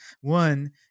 One